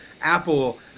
apple